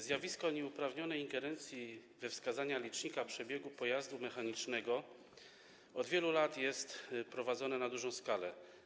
Zjawisko nieuprawnionej ingerencji we wskazania licznika przebiegu pojazdu mechanicznego od wielu lat występuje na dużą skalę.